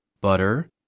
butter